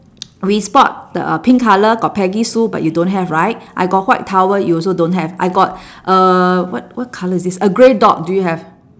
we spot the pink colour got peggy sue but you don't have right I got white towel you also don't have I got uh what what colour is this a grey dot you have